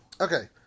Okay